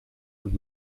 und